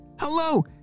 Hello